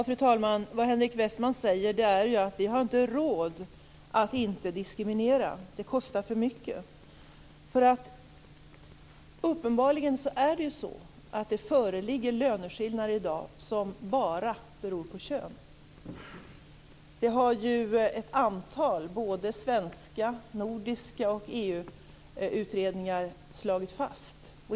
Fru talman! Henrik Westman säger att vi inte har råd att inte diskriminera. Det kostar för mycket. Uppenbarligen föreligger löneskillnader i dag som bara beror på kön. Det har ett antal svenska och nordiska utredningar och EU-utredningar slagit fast.